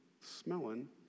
smelling